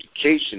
education